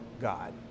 God